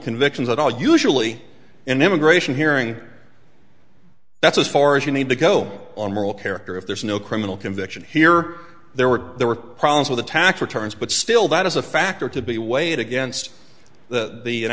convictions at all usually an immigration hearing that's as far as you need to go on moral character if there is no criminal conviction here there were there were problems with the tax returns but still that is a factor to be weighed against the